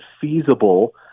feasible